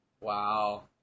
Wow